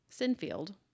sinfield